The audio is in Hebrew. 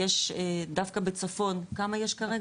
יש דווקא בצפון, כמה יש כרגע?